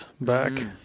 back